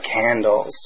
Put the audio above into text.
candles